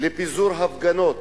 לפיזור הפגנות